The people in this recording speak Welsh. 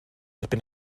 erbyn